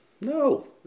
No